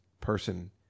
person